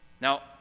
Now